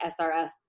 SRF